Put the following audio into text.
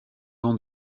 van